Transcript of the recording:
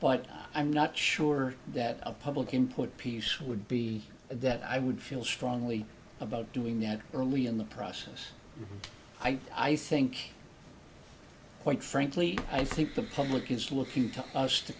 but i'm not sure that a public input piece would be that i would feel strongly about doing that early in the process i think quite frankly i think the public is looking to us to